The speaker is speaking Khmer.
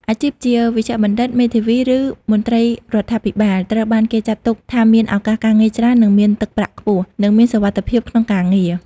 អាជីពជាវេជ្ជបណ្ឌិត មេធាវី ឬមន្ត្រីរដ្ឋាភិបាល ត្រូវបានគេចាត់ទុកថាមានឱកាសការងារច្រើន និងមានទឹកប្រាក់ខ្ពស់ និងមានសុវត្ថិភាពក្នុងការងារ។។